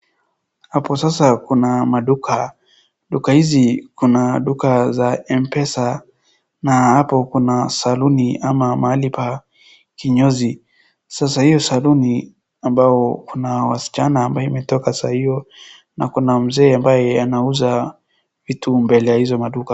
Hapo sasa kuna maduka. Duka hizi kuna duka za Mpesa na hapo kuna saluni ama mahali pa kinyozi. Sasa hiyo saluni ambao kuna wasichana ambaye imetoka sahio na kuna mzee ambaye anauza vitu mbele ya hizo maduka.